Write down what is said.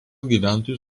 gyventojų